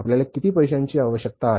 आपल्याला किती पैशांची आवश्यकता आहे